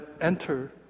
enter